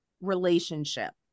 relationship